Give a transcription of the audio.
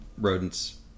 rodents